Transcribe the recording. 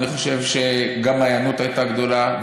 אני חושב שההיענות הייתה גדולה,